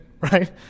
right